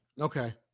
Okay